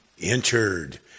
entered